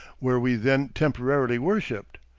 where we then temporarily worshiped,